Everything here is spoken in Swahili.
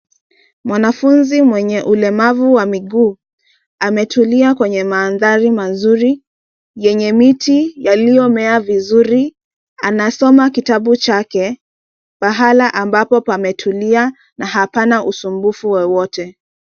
Mwanafunzi mwenye ulemavu wa mguu ametulia kwenye mandhari mazuri yenye miti yaliyomea vizuri anasoma kitabu chake pahala ambapo pametulia na hapana usumbufu wowote.